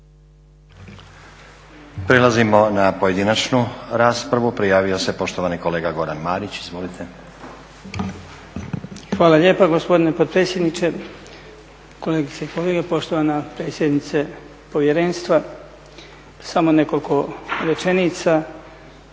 Prelazimo na pojedinačnu raspravu. Prijavio se poštovani kolega Goran Marić. Izvolite. **Marić, Goran (HDZ)** Hvala lijepa gospodine potpredsjedniče. Kolegice i kolege, poštovana predsjednice povjerenstva. Samo nekoliko rečenica,